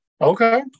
Okay